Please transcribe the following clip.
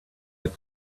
had